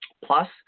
Plus